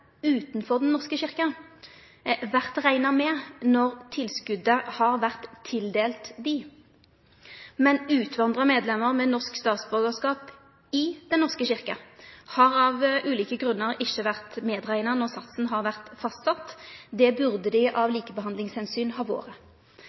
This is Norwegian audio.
utanfor Den norske kyrkja vore rekna med når tilskotet har vore tildelt dei, men utvandra medlemer med norsk statsborgarskap i Den norske kyrkja har av ulike grunnar ikkje vore rekna med når satsen har vore fastsett. Det burde dei av